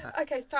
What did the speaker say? okay